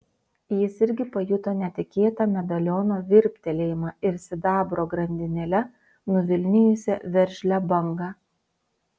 jis irgi pajuto netikėtą medaliono virptelėjimą ir sidabro grandinėle nuvilnijusią veržlią bangą